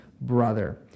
brother